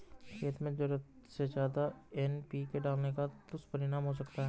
खेत में ज़रूरत से ज्यादा एन.पी.के डालने का क्या दुष्परिणाम हो सकता है?